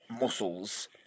muscles